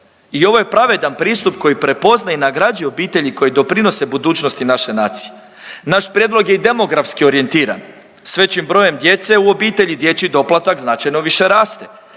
i ovo je pravedan pristup koji prepoznaje i nagrađuje obitelji koji doprinose budućnosti naše nacije. Naš prijedlog je i demografski orijentiran, s većim brojem djece u obitelji dječji doplatak značajno više raste.